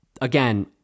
again